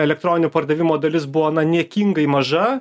elektroninė pardavimo dalis buvo niekingai maža